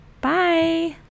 Bye